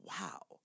wow